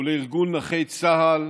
ולארגון נכי צה"ל